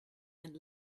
and